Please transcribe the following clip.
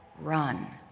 run.